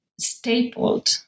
stapled